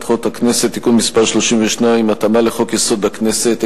חוק הכנסת (תיקון מס' 32) (התאמה לחוק-יסוד: הכנסת),